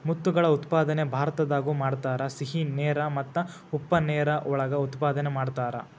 ಮುತ್ತುಗಳ ಉತ್ಪಾದನೆ ಭಾರತದಾಗು ಮಾಡತಾರ, ಸಿಹಿ ನೇರ ಮತ್ತ ಉಪ್ಪ ನೇರ ಒಳಗ ಉತ್ಪಾದನೆ ಮಾಡತಾರ